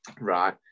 right